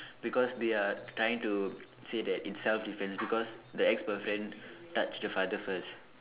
because they are trying to say that it's self defense because the ex boyfriend touch the father first